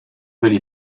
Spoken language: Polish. byli